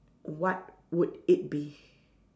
what would it be